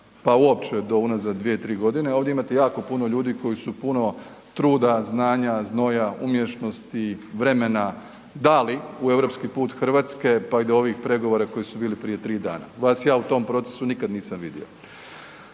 pa uopće do unazad 2, 3 godine ovdje imate jako puno ljudi koji su puno truda, znanja, znoja, umješnosti, vremena dali u europski put Hrvatske pa i do ovih pregovora koji su bili prije 3 dana. Vas ja u tom procesu nikad nisam vidio.